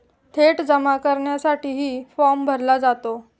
थेट जमा करण्यासाठीही फॉर्म भरला जातो